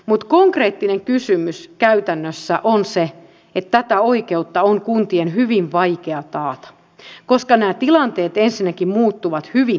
mutta konkreettinen kysymys käytännössä on se että tätä oikeutta on kuntien hyvin vaikea taata koska nämä tilanteet ensinnäkin muuttuvat hyvin nopeasti